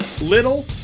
Little